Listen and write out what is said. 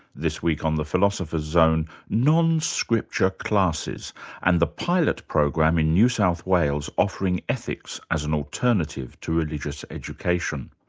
this week on the philosopher's zon e non-scripture classes and the pilot program in new south wales offering ethics as an alternative to religious education.